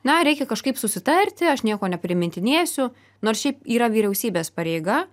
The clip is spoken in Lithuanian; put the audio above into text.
na reikia kažkaip susitarti aš nieko neprimetinėsiu nors šiaip yra vyriausybės pareiga